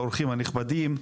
האורחים הנכבדים,